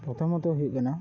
ᱯᱨᱚᱛᱷᱚᱢᱚᱛᱚ ᱦᱩᱭᱩᱜ ᱠᱟᱱᱟ